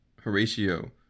Horatio